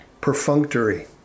perfunctory